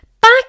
back